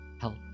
Help